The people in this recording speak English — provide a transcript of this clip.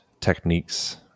techniques